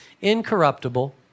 incorruptible